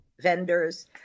vendors